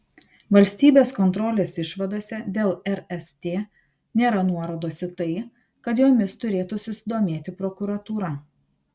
valstybės kontrolės išvadose dėl rst nėra nuorodos į tai kad jomis turėtų susidomėti prokuratūra